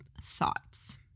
thoughts